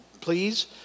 please